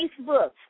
Facebook